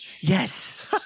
Yes